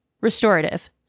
Restorative